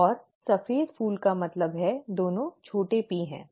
और सफेद फूल का मतलब दोनों छोटे p हैं ठीक है